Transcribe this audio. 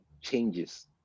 changes